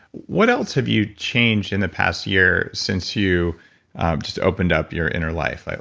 what else have you changed in the past year since you just opened up your inner life?